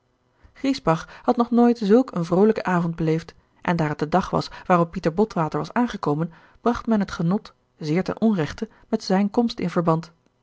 griesbach had nog nooit zulk een vroolijken avond beleefd en daar het de dag was waarop pieter botwater was aangekomen bracht men het genot zeer ten onrechte met zijne komst in verband